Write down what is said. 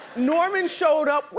norman showed up,